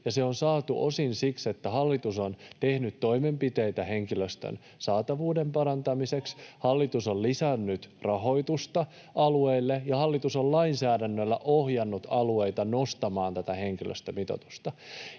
se on saatu osin siksi, että hallitus on tehnyt toimenpiteitä henkilöstön saatavuuden parantamiseksi. [Pia Sillanpää: Ohhoh!] Hallitus on lisännyt rahoitusta alueille, ja hallitus on lainsäädännöllä ohjannut alueita nostamaan tätä henkilöstömitoitusta.